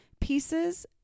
pieces